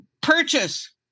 purchase